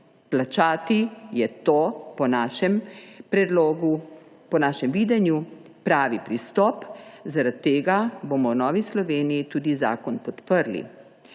našem predlogu, po našem videnju pravi pristop. Zaradi tega bomo v Novi Sloveniji tudi zakon podprli.